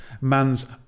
Man's